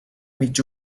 mig